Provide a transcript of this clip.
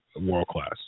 world-class